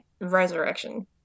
resurrection